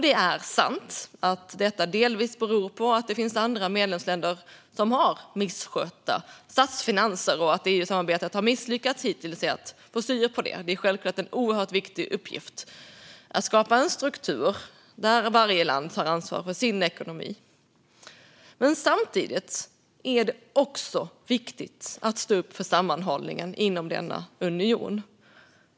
Det är sant att detta delvis beror på att det finns andra medlemsländer som har misskötta statsfinanser och att EU-samarbetet hittills har misslyckats att få styr på det. Det är självklart en oerhört viktig uppgift att skapa en struktur där varje land tar ansvar för sin ekonomi. Men samtidigt är det också viktigt att stå upp för sammanhållningen inom denna union.